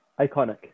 iconic